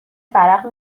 ورق